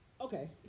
Okay